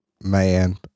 Man